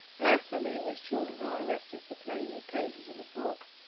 blasphemy in which children are arrested for playing with pages of a book,